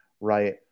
right